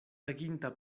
aginta